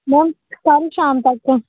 ma'am ਕੱਲ੍ਹ ਸ਼ਾਮ ਤੱਕ